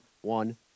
one